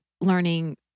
learning